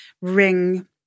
ring